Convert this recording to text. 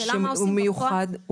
השאלה היא מה עושים בפועל.